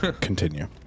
Continue